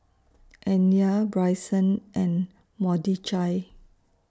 Anya Bryson and Mordechai